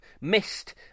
missed